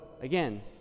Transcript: again